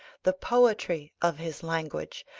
the poetry of his language,